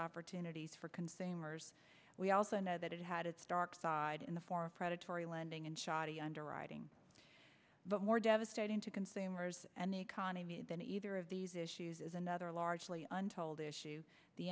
opportunities for consumers we also know that it had its dark side in the form of predatory lending and shoddy underwriting but more devastating to consumers and the economy than either of these issues is another largely untold issue the